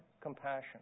compassion